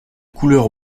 couleur